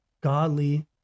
godly